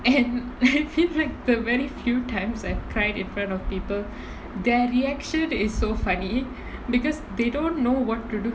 and like the very few times I cried in front of people their reaction is so funny because they don't know what to do